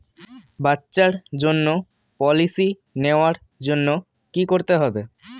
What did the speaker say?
বাচ্চার জন্য পলিসি নেওয়ার জন্য কি করতে হবে?